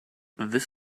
this